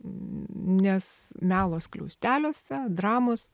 nes melo skliausteliuose dramos